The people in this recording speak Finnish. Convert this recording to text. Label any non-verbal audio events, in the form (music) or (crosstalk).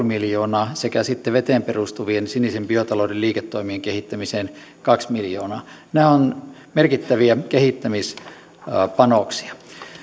(unintelligible) miljoonaa sekä sitten veteen perustuvien sinisen biotalouden liiketoimien kehittämiseen kaksi miljoonaa nämä ovat merkittäviä kehittämispanoksia